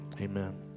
amen